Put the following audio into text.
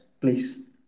please